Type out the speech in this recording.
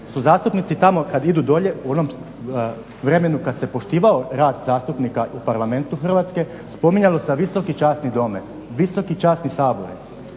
zastupnici tamo kad idu dolje u onom vremenu kad se poštivao rad zastupnika u Parlamentu Hrvatske spominjao sa Visoki časni dome, Visoki časni Sabore,